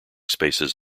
spaces